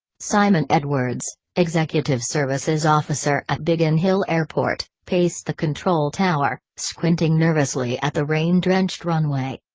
simon edwards executive services officer at biggin hill airport paced the control tower, squinting nervously at the rain-drenched runway.